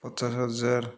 ପଚାଶହଜାର